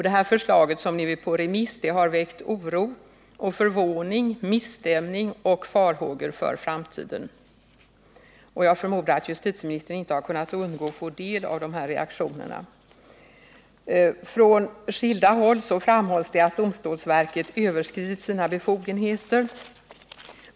Detta förslag, som nu är på remiss, har väckt oro och förvåning, misstämning och farhågor för framtiden. Jag förmodar att justitieministern inte har kunnat undgå att få del av dessa reaktioner. Från skilda håll framhålls att domstolsverket överskridit sina befogenheter.